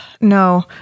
No